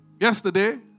Yesterday